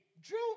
drew